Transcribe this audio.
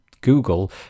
Google